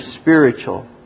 spiritual